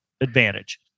advantage